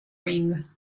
ring